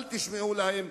אל תשמעו להם.